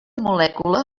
molècula